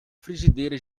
frigideira